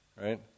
Right